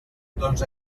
doncs